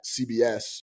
cbs